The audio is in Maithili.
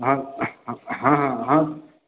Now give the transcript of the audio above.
हँ हँ हँ हँ